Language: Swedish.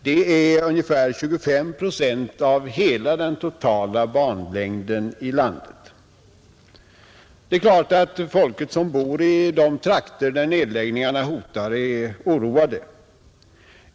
Det är ungefär 25 procent av hela den totala banlängden i landet. Det är klart att folket som bor i de trakter där nedläggningar hotar är oroat.